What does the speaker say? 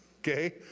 okay